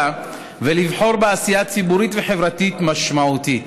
ולבחור בעשייה ציבורית וחברתית משמעותית.